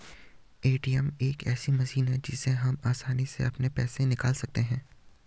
ATM एक ऐसी मशीन है जिससे हम आसानी से अपने पैसे निकाल सकते हैं